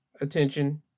attention